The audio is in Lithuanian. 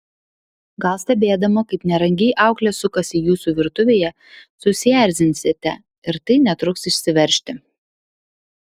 gal stebėdama kaip nerangiai auklė sukasi jūsų virtuvėje susierzinsite ir tai netruks išsiveržti